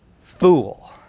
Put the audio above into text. fool